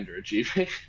underachieving